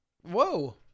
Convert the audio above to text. whoa